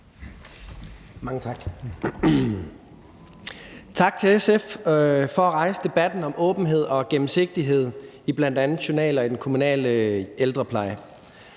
Mange tak.